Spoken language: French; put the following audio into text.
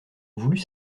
voulut